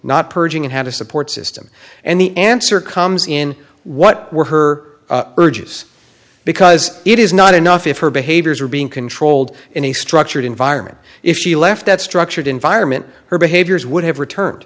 not purging and had a support system and the answer comes in what were her urges because it is not enough if her behaviors were being controlled in a structured environment if she left that structured environment her behaviors would have returned